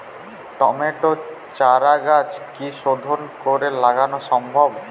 টমেটোর চারাগাছ কি শোধন করে লাগানো সম্ভব?